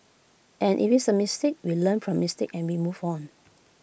and if it's A mistake we learn from mistakes and we move on